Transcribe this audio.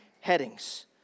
headings